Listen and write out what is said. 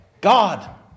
God